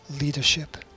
leadership